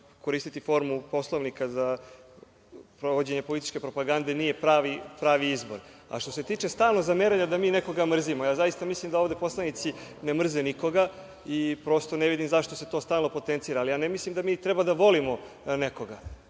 Koristiti formu Poslovnika za sprovođenje političke propagande nije pravi izbor. Što se tiče stalnog zameranja da mi nekoga mrzimo, zaista mislim da ovde poslanici ne mrze nikoga i ne vidim zašto se to stalno potencira. Ne mislim da mi treba da volimo nekoga.